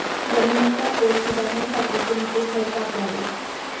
जमिनीचा पोत सुधारण्यासाठी कोणते खत वापरावे?